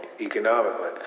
economically